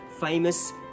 famous